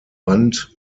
band